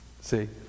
See